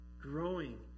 Growing